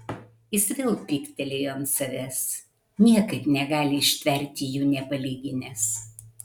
jis vėl pyktelėjo ant savęs niekaip negali ištverti jų nepalyginęs